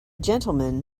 gentleman